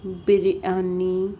biryani